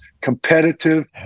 competitive